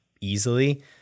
easily